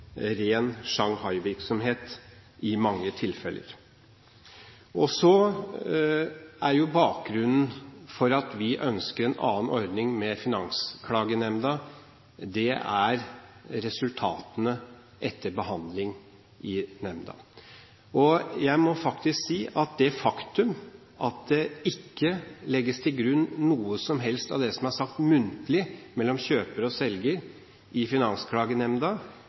ren sjanghaivirksomhet i mange tilfeller. Bakgrunnen for at vi ønsker en annen ordning med Finansklagenemnda, er resultatene etter behandling i nemnda. Jeg må si at det faktum at det ikke legges til grunn noe som helst av det som er sagt muntlig mellom kjøper og selger i Finansklagenemnda,